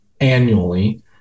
annually